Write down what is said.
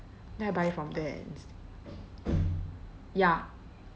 then I buy from there instea~ ya